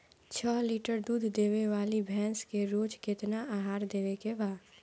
छह लीटर दूध देवे वाली भैंस के रोज केतना आहार देवे के बा?